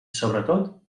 sobretot